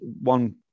one